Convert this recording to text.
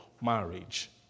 marriage